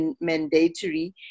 mandatory